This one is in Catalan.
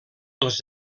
dels